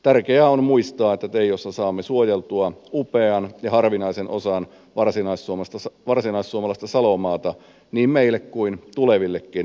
tärkeää on muistaa että teijossa saamme suojeltua upean ja harvinaisen osan varsinaissuomalaista salomaata niin meille kuin tulevillekin sukupolville